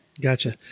Gotcha